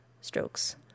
strokes